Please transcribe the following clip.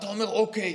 אתה אומר: אוקיי,